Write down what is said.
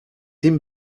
him